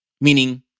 meaning